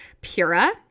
Pura